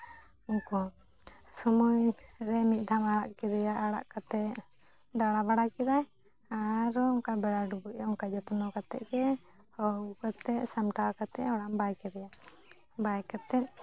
ᱩᱱᱠᱩ ᱦᱚᱸ ᱥᱚᱢᱚᱭ ᱨᱮ ᱢᱤᱫ ᱫᱷᱟᱣᱮᱢ ᱟᱲᱟᱜ ᱠᱮᱫᱮᱭᱟ ᱟᱲᱟᱜ ᱠᱟᱛᱮ ᱫᱟᱬᱟ ᱵᱟᱲᱟ ᱠᱮᱫᱟᱭ ᱟᱨᱚ ᱚᱱᱠᱟ ᱵᱮᱲᱟ ᱰᱩᱵᱩᱡ ᱚᱱᱠᱟ ᱡᱚᱛᱱᱚ ᱠᱟᱛᱮ ᱜᱮ ᱦᱚᱦᱚ ᱟᱜᱩ ᱠᱟᱛᱮ ᱥᱟᱢᱴᱟᱣ ᱠᱟᱛᱮ ᱚᱲᱟᱜ ᱮᱢ ᱵᱟᱭ ᱠᱮᱫᱮᱭᱟ ᱵᱟᱭ ᱠᱟᱛᱮ